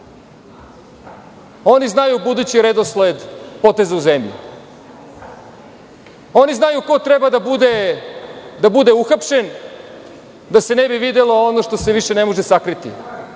Oni znaju budući redosled poteza u zemlji. Oni znaju ko treba da bude uhapšen da se ne bi videlo ono što se više ne može sakriti,